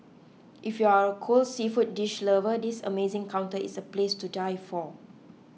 if you are a cold seafood dish lover this amazing counter is a place to die for